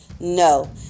No